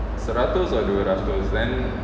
seratus or dua ratus then